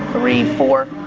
three, four,